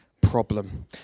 problem